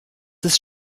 ist